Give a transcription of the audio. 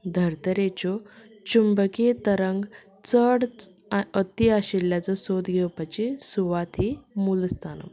धर्तरेच्यो चुंबकीय तरंग चड अती आशिल्ल्याचो सोद घेवपाची सुवात ही मुळस्थान